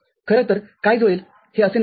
खरं तर काय जुळेल हे असे नाते आहे